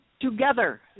together